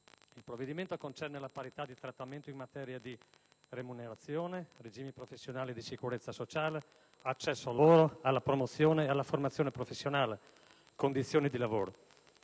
Il provvedimento concerne la parità di trattamento in materia di: remunerazione; regimi professionali di sicurezza sociale; accesso al lavoro, alla promozione e alla formazione professionale e alle condizioni di lavoro.